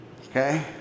Okay